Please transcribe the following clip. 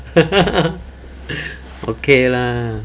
okay lah